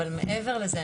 אבל מעבר לזה,